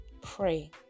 Pray